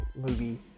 movie